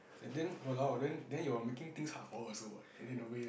and then !walao! then then you're making things hard for her also what in a way ah